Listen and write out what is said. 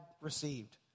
received